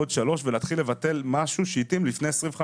בעוד שלוש שנים ולהתחיל לבטל משהו שהתאים לפני 25 שנים,